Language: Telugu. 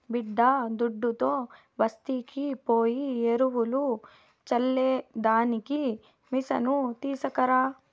బిడ్డాదుడ్డుతో బస్తీకి పోయి ఎరువులు చల్లే దానికి మిసను తీస్కరా